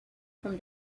from